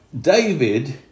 David